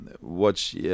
watch